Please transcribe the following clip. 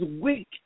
weak